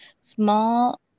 small